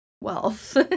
wealth